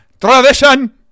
tradition